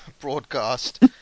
broadcast